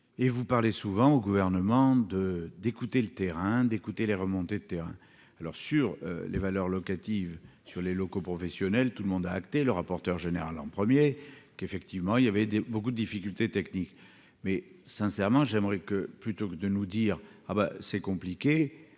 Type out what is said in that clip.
et vous parlez souvent au gouvernement de d'écouter le terrain d'écouter les remontées de terrain alors sur les valeurs locatives sur les locaux professionnels, tout le monde a acté le rapporteur général en premier qu'effectivement il y avait beaucoup de difficultés techniques, mais sincèrement, j'aimerais que plutôt que de nous dire : ah bah c'est compliqué ou